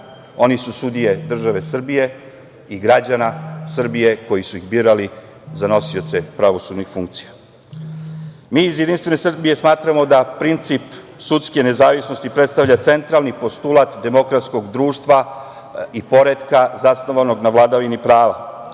oni su sudije države Srbije i građana Srbije koji su ih birali za nosioce pravosudnih funkcija. Mi iz JS smatramo da principi sudske nezavisnosti predstavlja centralni postulat demokratskog društva i poretka zasnovanog na vladavini prava,